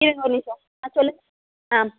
இருங்கள் ஒரு நிமிஷம் ஆ சொல்லுங்கள் ஆ